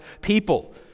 people